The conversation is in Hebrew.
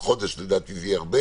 חודש לדעתי זה יהיה הרבה